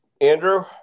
Andrew